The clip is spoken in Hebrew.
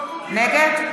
נגד?